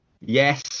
Yes